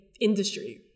industry